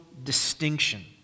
distinction